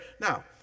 Now